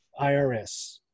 irs